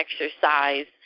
exercise